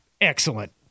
excellent